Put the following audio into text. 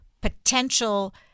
potential